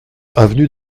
avenue